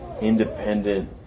independent